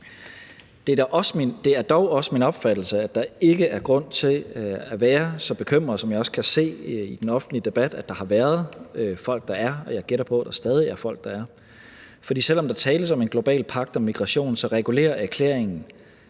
Det er dog også min opfattelse, at der ikke er grund til at være så bekymret, som jeg i den offentlige debat har set folk har været, og jeg gætter på, at der stadig er folk, der er det, for selv om der tales om en global pagt om migration, regulerer erklæringen,